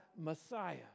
Messiah